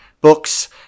books